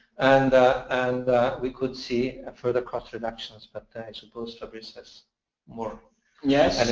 and and we could see further cost reductions, but i suppose fabrice has more yeah